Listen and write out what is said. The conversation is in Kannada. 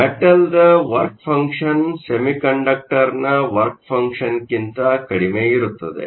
ಮೆಟಲ್ನ ವರ್ಕ್ ಫಂಕ್ಷನ್Work function ಸೆಮಿಕಂಡಕ್ಟರ್ನ ವರ್ಕ್ ಫಂಕ್ಷನ್ಕ್ಕಿಂತ ಕಡಿಮೆ ಇರುತ್ತದೆ